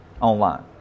online